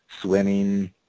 swimming